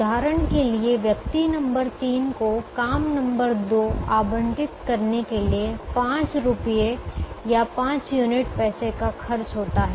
उदाहरण के लिए व्यक्ति नंबर 3 को काम नंबर 2 आवंटित करने के लिए 5 रुपये या 5 यूनिट पैसे का खर्च होता है